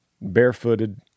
barefooted